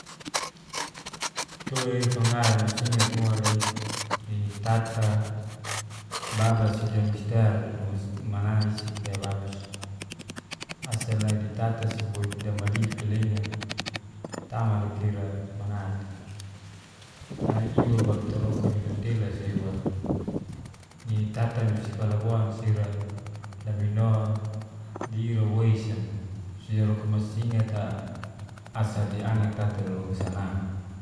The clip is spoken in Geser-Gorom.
Tura ira fanga'ra masingat mo'le. ninitata babasida mister tura manaisik asal nai ditata siboit damalif talenga tama loka ira mana tei, nai iwa baru taroka nai matelasa iwa ninitata nusifalaboansi ira lamino, di ira woisa mo sidaroka masingat'a asal de anak tata ira loka sanang.